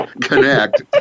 connect